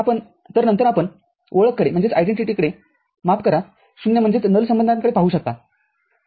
तर आपण नंतर आपण ओळखकडे माफ करा शून्यसंबंधाकडे पाहू शकताठीक आहे